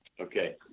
Okay